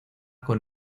con